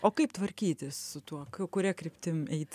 o kaip tvarkytis su tuo kuria kryptim eit